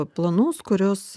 planus kuriuos